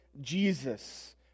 Jesus